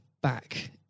back